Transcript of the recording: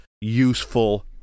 useful